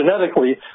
genetically